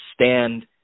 stand